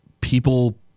people